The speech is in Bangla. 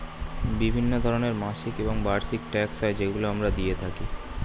বিভিন্ন ধরনের মাসিক এবং বার্ষিক ট্যাক্স হয় যেগুলো আমরা দিয়ে থাকি